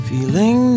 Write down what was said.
Feeling